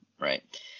right